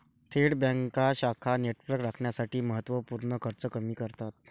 थेट बँका शाखा नेटवर्क राखण्यासाठी महत्त्व पूर्ण खर्च कमी करतात